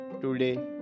today